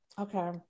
okay